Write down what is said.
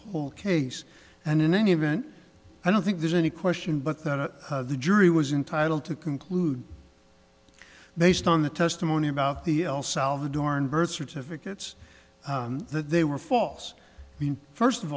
whole case and in any event i don't think there's any question but that the jury was entitle to conclude based on the testimony about the el salvadoran birth certificates that they were false first of